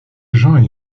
jean